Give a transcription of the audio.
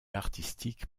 artistique